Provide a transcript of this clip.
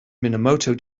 minamoto